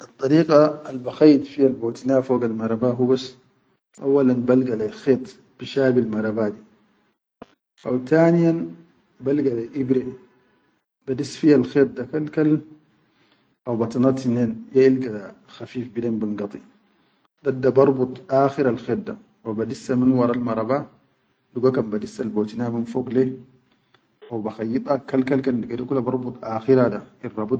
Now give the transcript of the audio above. Addariqa al ba khayit fiyal botina fogal maraba hubas auwalan balga le yi khet bi shabil mara ba di, haw taniyan, balga leyi ibire ba dis fiyal khet da kal-kal haw batina tinen ya ilga khafif bilen bin gadi dadda barbut akhire khet da wa ba dissa min wa ra digo ba dissal botina min fog lek wa ba khayyida kal-kal dige kula ba rabut akhira da.